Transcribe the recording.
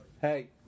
Hey